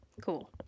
cool